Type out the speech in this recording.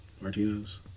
Martinez